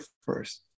first